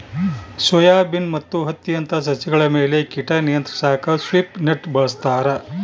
soybean ಮತ್ತು ಹತ್ತಿಯಂತ ಸಸ್ಯಗಳ ಮೇಲೆ ಕೀಟ ನಿಯಂತ್ರಿಸಾಕ ಸ್ವೀಪ್ ನೆಟ್ ಬಳಸ್ತಾರ